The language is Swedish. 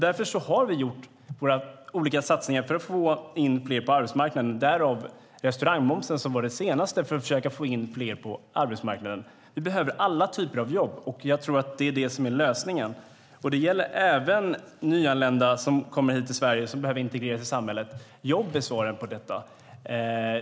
Därför har vi gjort våra olika satsningar för att få in fler på arbetsmarknaden. Där var restaurangmomsen den senaste för att försöka få in fler på arbetsmarknaden. Vi behöver alla typer av jobb, och jag tror att det är det som är lösningen. Det gäller även nyanlända som kommer hit till Sverige och behöver integreras i samhället - jobb är svaret på detta.